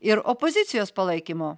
ir opozicijos palaikymo